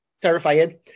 terrifying